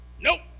nope